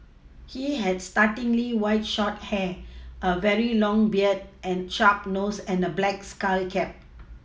he had startlingly white short hair a very long beard a sharp nose and a black skull cap